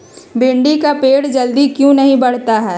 भिंडी का पेड़ जल्दी क्यों नहीं बढ़ता हैं?